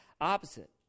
opposite